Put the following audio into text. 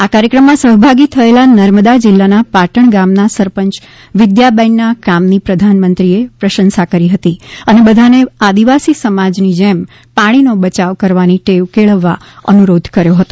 આ કાર્યક્રમમાં સહભાગી થયેલા નર્મદા જિલ્લાના પાટણા ગામના સરપંચ વિદ્યા બેનના કામની પ્રધાનમંત્રીએ પ્રશંસા કરી હતી અને બધાને આદિવાસી સમાજની જેમ પાણીનો બચાવ કરવાની ટેવ કેળવવા અનુરોધ કર્યો હતો